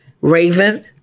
Raven